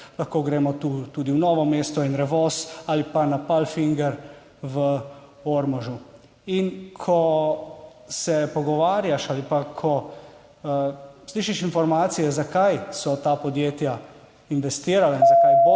lahko gremo tu tudi v Novo mesto in Revoz ali pa na Palfinger v Ormožu. In ko se pogovarjaš ali pa ko slišiš informacije zakaj so ta podjetja investirala in zakaj bodo